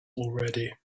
already